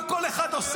שר למה הוא?